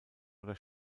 oder